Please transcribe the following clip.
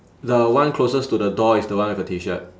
the one closest to the door is the one with a T shirt